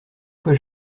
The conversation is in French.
fois